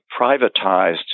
privatized